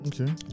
Okay